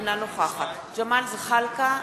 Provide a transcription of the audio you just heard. אינה נוכחת ג'מאל זחאלקה,